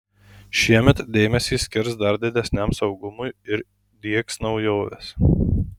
šiemet dėmesį skirs dar didesniam saugumui ir diegs naujoves